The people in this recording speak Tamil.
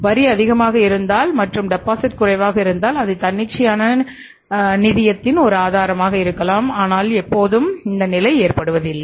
வரி அதிகமாக இருந்தால் மற்றும் டெபாசிட் குறைவாக இருந்தால் அது தன்னிச்சையான நிதியத்தின் ஒரு ஆதாரமாக இருக்கலாம் ஆனால் எப்போதும் இந்தநிலை ஏற்படுவது இல்லை